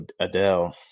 Adele